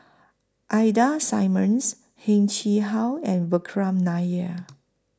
Ida Simmons Heng Chee How and Vikram Nair